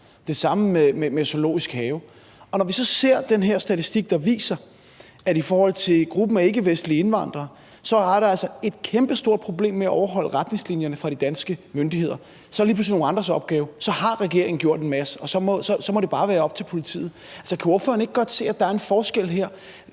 Det samme med Zoologisk Have, og når vi så ser den her statistik, der viser, at der altså i forhold til gruppen af ikkevestlige indvandrere er et kæmpestort problem med at overholde retningslinjerne fra de danske myndigheders side, så er det lige pludselig nogle andres opgave. Så har regeringen gjort en masse, og så må det bare være op til politiet. Kan ordføreren ikke godt se, at der er en forskel her?